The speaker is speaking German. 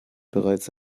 bereits